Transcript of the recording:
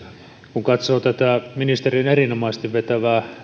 kun katsoo tätä ministerin erinomaisesti vetämää